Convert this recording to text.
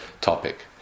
topic